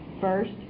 first